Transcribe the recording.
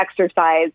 exercise